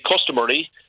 customary